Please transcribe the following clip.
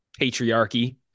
patriarchy